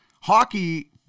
Hockey